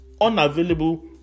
unavailable